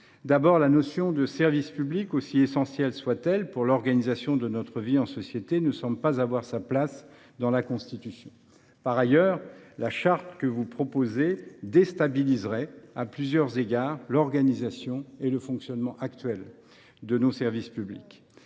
D’abord, la notion de service public, aussi essentielle soit elle à l’organisation de notre vie en société, n’a pas sa place dans la Constitution. Ensuite, la charte qui est proposée déstabilisera, à plusieurs égards, l’organisation et le fonctionnement actuels de nos services publics.